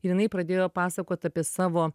ir jinai pradėjo pasakot apie savo